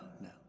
no